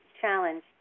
challenge